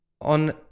on